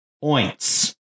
points